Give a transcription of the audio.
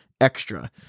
extra